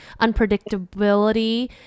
unpredictability